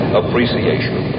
appreciation